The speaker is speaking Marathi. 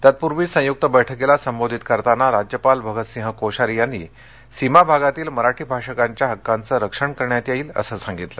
तत्पूर्वी संयुक्त बैठकीला संबोधित करताना राज्यपाल भगतसिंह कोश्यारी यांनी सीमाभागातील मराठी भाषकांच्या हक्कांचं रक्षण करण्यात येईल असं सांगितलं